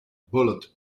bullet